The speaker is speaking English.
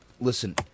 listen